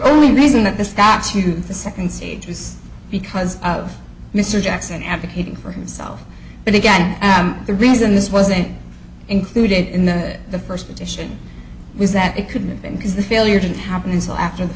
only reason that this tax you the second stage is because of mr jackson advocating for himself but again the reason this wasn't included in the first petition was that it couldn't have been because the failure didn't happen until after the